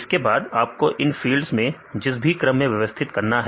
इसके बाद आपको इन फील्ड्स को जिस भी क्रम में व्यवस्थित करना है